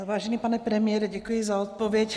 Vážený pane premiére, děkuji za odpověď.